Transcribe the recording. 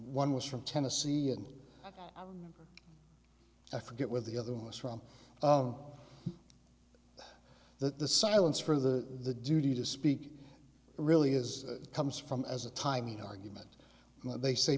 one was from tennessee and i forget where the other one was from that the silence for the duty to speak really is comes from as a timing argument they say